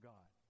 God